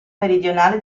meridionale